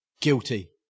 guilty